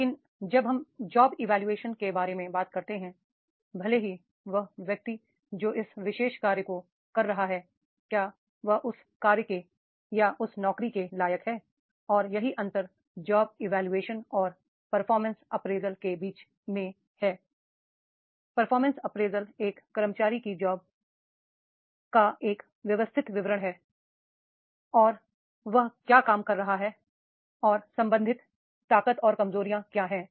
लेकिन जब हम जॉब इवोल्यूशन के बारे में बात करते हैं भले ही वह व्यक्ति जो इस विशेष कार्य को कर रहा है क्या वह उस कार्य के या उस नौकरी के लायक हैं और यही अंतर जॉब इवेलुएशन और परफॉर्मेंस अप्रेजल के बीच में है परफॉर्मेंस अप्रेजल एक कर्मचारी की जॉब का एक व्यवस्थित विवरण है कि वह क्या काम कर रहा है और संबंधित ताकत और कमजोरियां क्या है